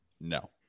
No